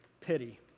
pity